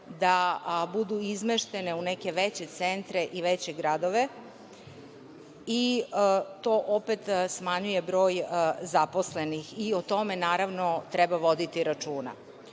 da budu izmeštene u neke veće centre i gradove i to opet smanjuje broj zaposlenih i o tome treba voditi računa. Tako